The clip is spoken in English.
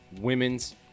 women's